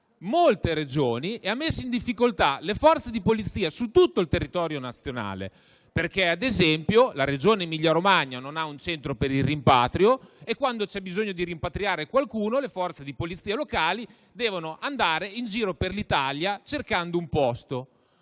molte Regioni e le Forze di polizia su tutto il territorio nazionale. Cito come esempio la Regione Emilia Romagna, che non ha un Centro per il rimpatrio, e, quando c'è bisogno di rimpatriare qualcuno, le Forze di polizia locali devono andare in giro per l'Italia a cercare un posto.